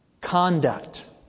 Conduct